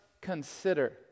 consider